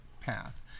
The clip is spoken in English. path